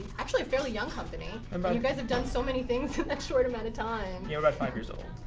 actually, a fairly young company, and but you guys have done so many things in that short amount of time. yeah, we're about five years old.